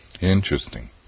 Interesting